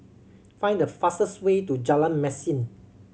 find the fastest way to Jalan Mesin